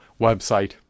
website